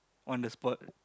on the spot